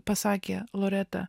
pasakė loreta